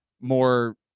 more